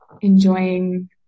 enjoying